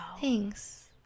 thanks